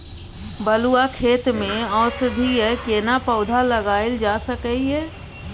बलुआ खेत में औषधीय केना पौधा लगायल जा सकै ये?